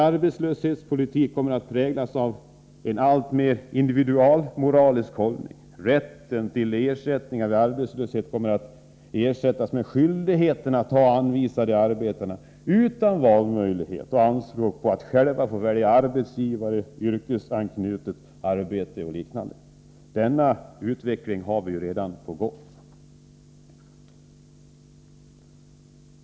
Arbetslöshetspolitiken kommer att präglas av en alltmer individualmoralisk hållning. Rätten till ersättning vid arbetslöshet kommer att ersättas med en skyldighet för de arbetslösa att ta anvisade arbeten utan valmöjlighet och utan anspråk på att själva få välja arbetsgivare och yrkesanknutet arbete. Denna utveckling är redan på gång.